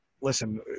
listen